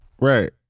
right